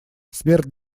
смерть